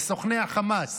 לסוכני החמאס.